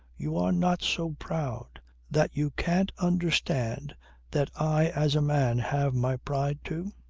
you are not so proud that you can't understand that i as a man have my pride too?